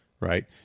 Right